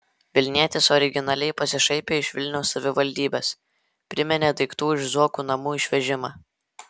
vilnietis originaliai pasišaipė iš vilniaus savivaldybės priminė daiktų iš zuokų namų išvežimą